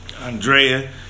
Andrea